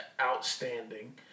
outstanding